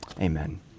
Amen